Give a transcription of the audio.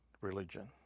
religion